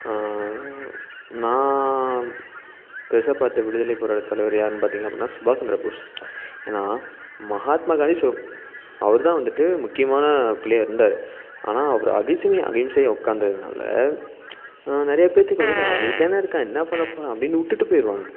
நான் பெருசாக பார்த்த விடுதலை போராட்ட தலைவர் யாருனு பார்த்திங்க அப்புடின்னா சுபாஷ் சந்திர போஸ் ஏன்னா மகாத்மா காந்தி சொ அவருதான் வந்துட்டு முக்கியமான புள்ளியாக இருந்தாரு ஆனால் அவர் அகிம்சமே அகிம்சையா உட்காந்ததுனால நிறையா பேற்றுக்கு வந்து அமைதியாகதான் இருக்கான் என்ன பண்ண போகிறான் அப்படின்னு விட்டுட்டு போயிருவாங்க